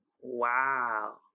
Wow